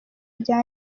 rya